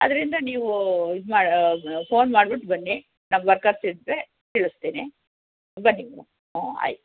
ಅದ್ದರಿಂದ ನೀವು ಇದು ಮಾಡಿ ಫೋನ್ ಮಾಡ್ಬಿಟ್ಟು ಬನ್ನಿ ನಮ್ಮ ವರ್ಕರ್ಸ್ ಇದ್ದರೆ ತಿಳಿಸ್ತೀನಿ ಬನ್ನಿ ಮೇಡಮ್ ಹಾಂ ಆಯಿತು